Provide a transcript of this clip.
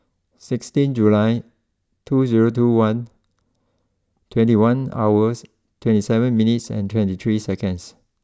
sixteen July two zero two one twenty one hours twenty seven minutes and twenty three seconds